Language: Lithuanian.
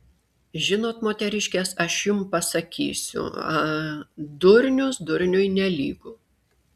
žinot moteriškės aš jums pasakysiu a durnius durniui nelygu